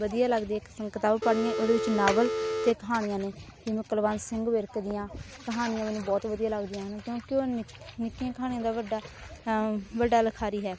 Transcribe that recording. ਵਧੀਆ ਲੱਗਦੀ ਹੈ ਕਿਤਾ ਕਿਤਾਬ ਪੜ੍ਹਨੀਆਂ ਉਹਦੇ ਵਿੱਚ ਨਾਵਲ ਅਤੇ ਕਹਾਣੀਆਂ ਨੇ ਜਿਵੇਂ ਕੁਲਵੰਤ ਸਿੰਘ ਵਿਰਕ ਦੀਆਂ ਕਹਾਣੀਆਂ ਮੈਨੂੰ ਬਹੁਤ ਵਧੀਆ ਲੱਗਦੀਆਂ ਹਨ ਕਿਉਂਕਿ ਉਹ ਨਿਕ ਨਿੱਕੀਆਂ ਕਹਾਣੀਆਂ ਦਾ ਵੱਡਾ ਵੱਡਾ ਲਿਖਾਰੀ ਹੈ